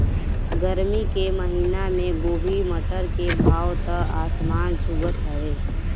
गरमी के महिना में गोभी, मटर के भाव त आसमान छुअत हवे